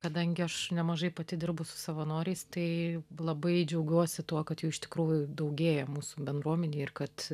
kadangi aš nemažai pati dirbu su savanoriais tai labai džiaugiuosi tuo kad jų iš tikrųjų daugėja mūsų bendruomenėj ir kad